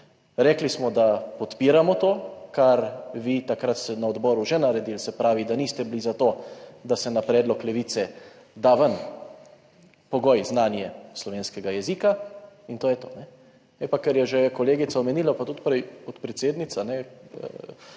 Rekli smo, da podpiramo to, kar vi takrat ste na odboru že naredili, se pravi, da niste bili za to, da se na predlog Levice da ven pogoj znanje slovenskega jezika in to je to. Kar je že kolegica omenila, pa tudi prej podpredsednica,